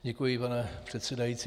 Děkuji, pane předsedající.